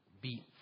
beat